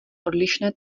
odlišné